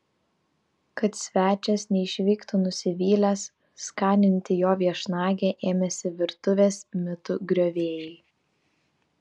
kad svečias neišvyktų nusivylęs skaninti jo viešnagę ėmėsi virtuvės mitų griovėjai